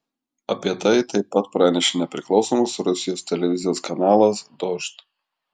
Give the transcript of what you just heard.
apie tai taip pat pranešė nepriklausomas rusijos televizijos kanalas dožd